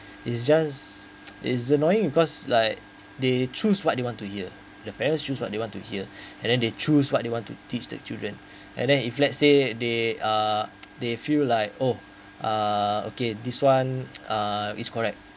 it's just is annoying because like they choose what they want to hear the parents choose what they want to hear and then they choose what they want to teach the children and then if let's say they uh they feel like oh uh okay this one uh is correct